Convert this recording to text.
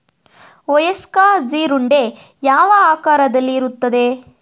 ವಯಸ್ಕ ಜೀರುಂಡೆ ಯಾವ ಆಕಾರದಲ್ಲಿರುತ್ತದೆ?